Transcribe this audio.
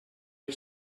you